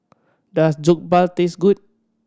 does Jokbal taste good